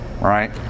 right